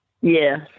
Yes